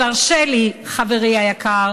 אבל הרשה לי, חברי היקר,